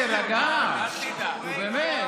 תירגע, נו, באמת.